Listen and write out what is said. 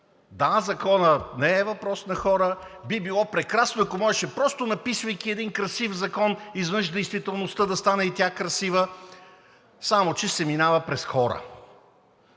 Да, Законът не е въпрос на хора. Би било прекрасно, ако можеше, просто написвайки един красив закон, изведнъж действителността да стане красива, само че се минава през хора.